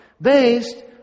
based